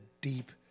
deep